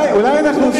אולי אנחנו,